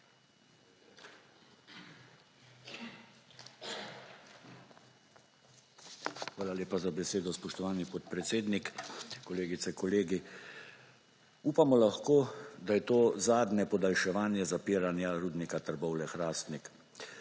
Hvala lepa za besedo, spoštovani podpredsednik. Kolegice, kolegi! Upamo lahko, da je to zadnje podaljševanje zapiranja Rudnika Trbovlje-Hrastnik.